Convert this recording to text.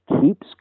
Keeps